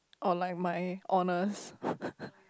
or like my honors